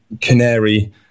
canary